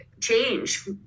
change